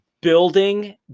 building